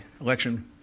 election